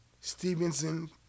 Stevenson